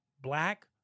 black